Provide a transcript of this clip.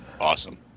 Awesome